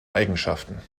eigenschaften